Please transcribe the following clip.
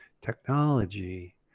technology